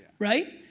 right?